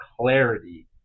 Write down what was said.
clarity